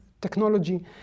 technology